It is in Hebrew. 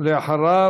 אחריו,